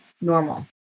normal